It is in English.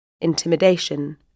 intimidation